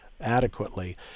adequately